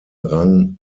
rang